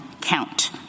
count